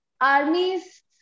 armies